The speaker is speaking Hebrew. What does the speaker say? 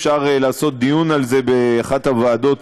אפשר גם לקיים דיון על זה באחת הוועדות